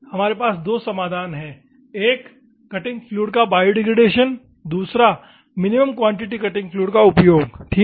हमारे पास दो समाधान हैं एक कटिंग फ्लूइड का बायोडिग्रेडेशन है दूसरा मिनिमम क्वांटिटी कटिंग फ्लूइड का उपयोग ठीक है